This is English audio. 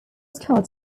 squads